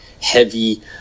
heavy